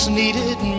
needed